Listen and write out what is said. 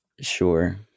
sure